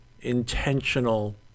intentional